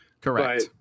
Correct